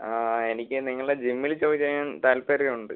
ആ എനിക്ക് നിങ്ങളെ ജിമ്മിൽ ജോയിൻ ചെയ്യാൻ താല്പര്യമുണ്ട്